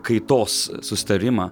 kaitos susitarimą